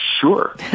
Sure